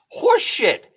Horseshit